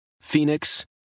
Phoenix